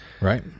Right